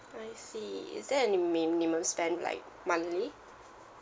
I see is there any minimum spend like monthly